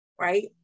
right